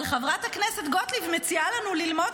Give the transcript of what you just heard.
אבל חברת הכנסת גוטליב מציעה לנו ללמוד